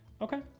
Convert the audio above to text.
Okay